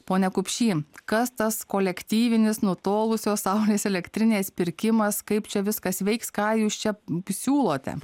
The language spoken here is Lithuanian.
pone kupšy kas tas kolektyvinis nutolusios saulės elektrinės pirkimas kaip čia viskas veiks ką jūs čia siūlote